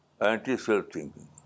Anti-self-thinking